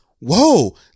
whoa